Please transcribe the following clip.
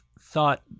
thought